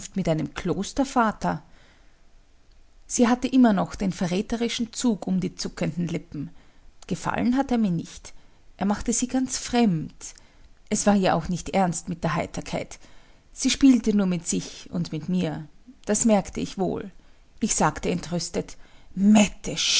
mit einem klostervater sie hatte immer noch den verräterischen zug um die zuckenden lippen gefallen hat er mir nicht er machte sie ganz fremd es war ihr auch nicht ernst mit der heiterkeit sie spielte nur mit sich und mit mir das merkte ich wohl ich sagte